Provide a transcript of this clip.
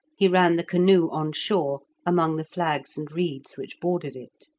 he ran the canoe on shore among the flags and reeds which bordered it.